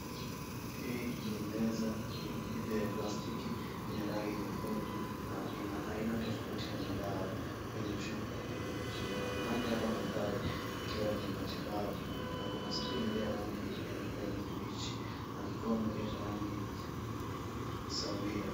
Hii ni meza ile ya plastiki yenye rangi nyekundu na ina aina tofauti ya madawa kwenye chupa hilo juu na mahali hapa mandhari yakiwa ni ya matibabu na kuna stuli ile ya rangi ya kijani kibichi na kikombe kile cha rangi sawia.